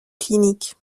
clinique